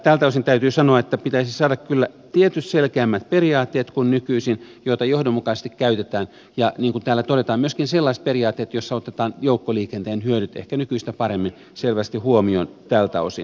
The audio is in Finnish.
tältä osin täytyy sanoa että pitäisi saada kyllä tietyt selkeämmät periaatteet kuin nykyisin ja niitä pitäisi johdonmukaisesti käyttää ja niin kuin täällä todetaan myöskin sellaiset periaatteet joissa otetaan joukkoliikenteen hyödyt ehkä nykyistä paremmin huomioon tältä osin